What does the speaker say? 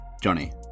Johnny